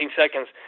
seconds